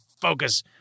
focus